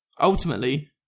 ultimately